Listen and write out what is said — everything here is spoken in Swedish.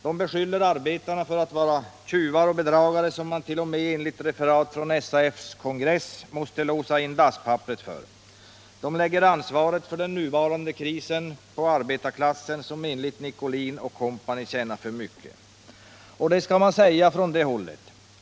De beskyller arbetarna för att vara tjuvar och bedragare som man t.o.m., enligt referat från SAF-kongressen, måste låsa in dasspapperet för. De lägger ansvaret för den nuvarande krisen på arbetarklassen, som enligt Nicolin & compani tjänar för mycket. Och detta skall sägas från det hållet!